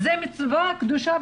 זאת מצווה קדושה.